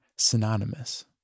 synonymous